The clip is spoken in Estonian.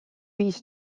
viis